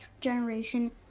generation